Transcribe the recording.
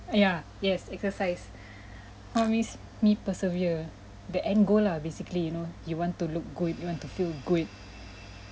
uh ya yes exercise what makes me persevere the end goal lah basically you know you want to look good you want to feel good